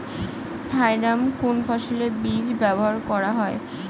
Thiram কোন ফসলের বীজে ব্যবহার করা হয়?